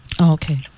Okay